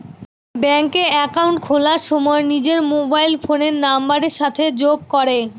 ব্যাঙ্কে একাউন্ট খোলার সময় নিজের মোবাইল ফোনের নাম্বারের সাথে যোগ করে